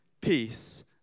peace